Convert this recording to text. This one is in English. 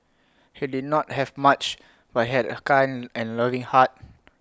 he did not have much but he had A kind and loving heart